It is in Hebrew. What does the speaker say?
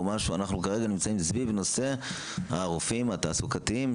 אנחנו כרגע נמצאים סביב נושא הרופאים התעסוקתיים,